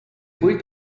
будет